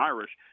Irish